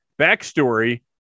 backstory